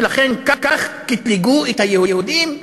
ולכן כך קטלגו את היהודים,